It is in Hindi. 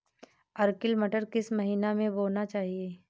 अर्किल मटर किस महीना में बोना चाहिए?